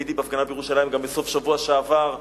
הייתי בהפגנה בירושלים גם בסוף שבוע שעבר.